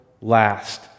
last